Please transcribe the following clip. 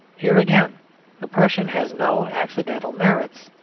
here again the prussian has no accidental merits,